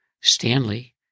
Stanley